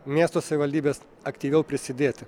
miesto savivaldybės aktyviau prisidėti